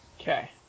Okay